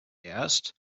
erst